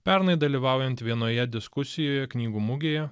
pernai dalyvaujant vienoje diskusijoje knygų mugėje